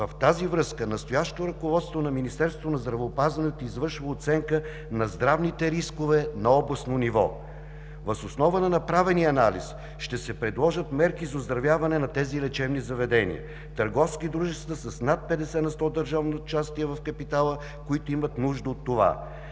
В тази връзка настоящето ръководство на Министерство на здравеопазването извършва оценка на здравните рискове на областно ниво. Въз основа на направения анализ ще се предложат мерки за оздравяване на тези лечебни заведения – търговски дружества с над 50 на сто държавно участие в капитала, които имат нужда от това.